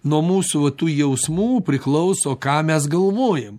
nuo mūsų va tų jausmų priklauso ką mes galvojam